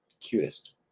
cutest